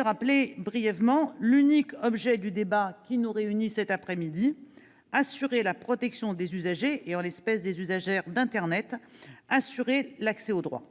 rappeler brièvement l'unique objet du débat qui nous réunit cet après-midi : assurer, d'une part, la protection des usagers, en l'espèce des usagères, d'internet, d'autre part, l'accès au droit.